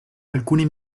alcuni